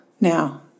Now